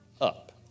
up